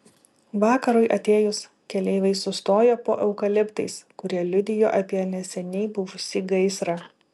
vakarui atėjus keleiviai sustojo po eukaliptais kurie liudijo apie neseniai buvusį gaisrą